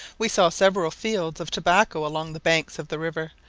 we saw several fields of tobacco along the banks of the river,